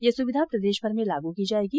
यह सुविधा प्रदेशभर में लागू की जाएगी